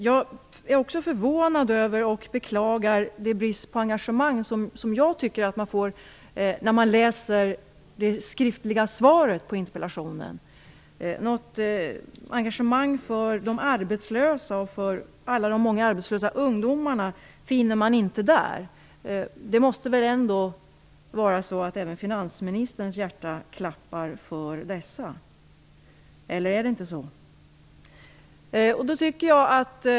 Jag är också förvånad över och beklagar det bristande engagemanget i svaret på interpellationen. Något engagemang för de arbetslösa och för alla de arbetslösa ungdomarna finner man inte i svaret. Även finansministerns hjärta måste väl ändå klappa för dessa?